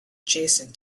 adjacent